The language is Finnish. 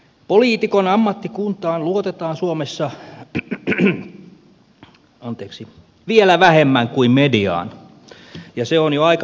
poliitikon ammattikuntaan luotetaan suomessa vielä vähemmän kuin mediaan ja se on jo aika surkeaa